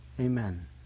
Amen